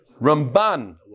Ramban